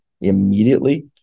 immediately